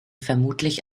vermutlich